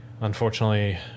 unfortunately